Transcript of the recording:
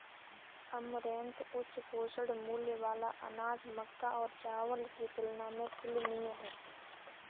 amaranth उच्च पोषण मूल्य वाला अनाज मक्का और चावल की तुलना में तुलनीय है